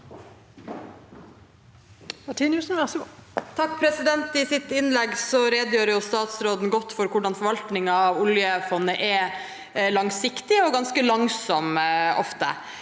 et sitt redegjorde statsråden godt for hvordan forvaltningen av oljefondet er langsiktig og ofte ganske langsom. Det